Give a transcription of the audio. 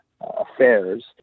affairs